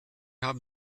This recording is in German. haben